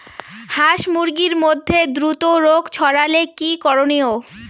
হাস মুরগির মধ্যে দ্রুত রোগ ছড়ালে কি করণীয়?